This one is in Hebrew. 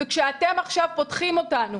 כשאתם עכשיו פותחים אותנו